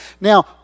Now